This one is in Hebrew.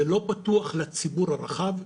זה לא פתוח לציבור הרחב,